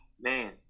Man